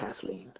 Kathleen